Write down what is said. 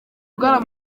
ugana